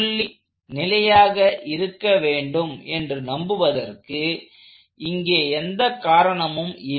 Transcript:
புள்ளி நிலையானதாக இருக்க வேண்டும் என்று நம்புவதற்கு இங்கே எந்த காரணமும் இல்லை